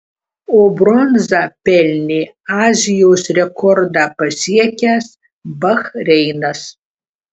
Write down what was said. o bronzą pelnė azijos rekordą pasiekęs bahreinas